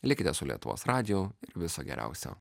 likite su lietuvos radiju ir viso geriausio